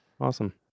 Awesome